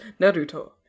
Naruto